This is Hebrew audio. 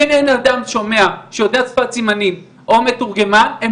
אם אין אדם שומע שיודע שפת סימנים, אז